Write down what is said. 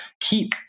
keep